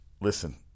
listen